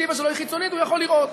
שהפרספקטיבה שלו היא חיצונית, יכול לראות.